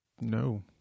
No